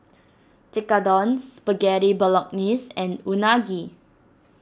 Tekkadon Spaghetti Bolognese and Unagi